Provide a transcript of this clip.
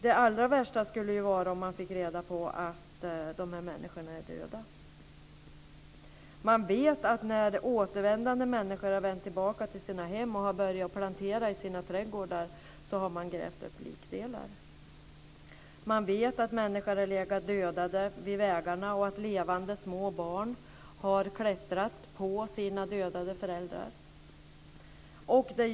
Det allra värsta skulle ju vara om man fick reda på att de här människorna är döda. Man vet att när människor har vänt tillbaka till sina hem och har börjat plantera i sina trädgårdar har de grävt upp likdelar. Man vet att människor har legat döda vid vägarna och att levande små barn har klättrat på sina döda föräldrar.